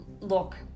Look